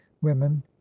women